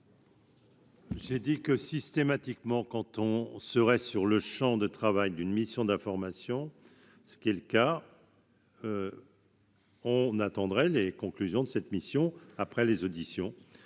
J'ai dit que systématiquement, quand on serait sur le Champ de travail d'une mission d'information, ce qui est le cas. On attendrait les conclusions de cette mission après les auditions